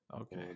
Okay